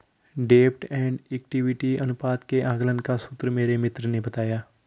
डेब्ट and equity अनुपात के आकलन का सूत्र मेरे मित्र ने बताया